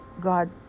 God